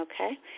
Okay